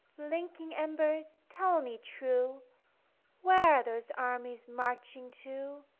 blinking embers, tell me true where are those armies marching to,